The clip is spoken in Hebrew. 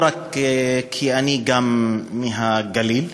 לא רק כי גם אני מהגליל,